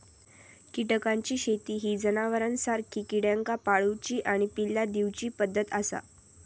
कीटकांची शेती ही जनावरांसारखी किड्यांका पाळूची आणि पिल्ला दिवची पद्धत आसा